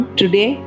today